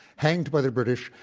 hanged by the british,